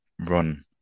run